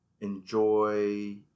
enjoy